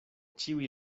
ĉiuj